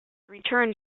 return